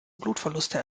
blutverluste